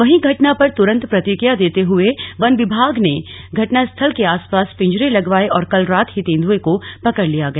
वहीं घटना पर तुरंत प्रतिक्रिया देते हुए वन विभाग ने घटनास्थल के आस पास पिंजरे लगवाए और कल रात ही तेंदुए को पकड़ लिया गया